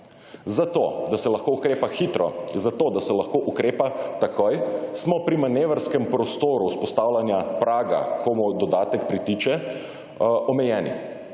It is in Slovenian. Zato, da se lahko ukrepa, zato, da se lahko ukrepa takoj smo pri manevrskem prostoru vzpostavljanja praga komu dodatek pritiče, omejeni